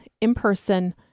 in-person